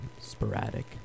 sporadic